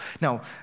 Now